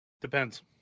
Depends